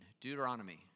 Deuteronomy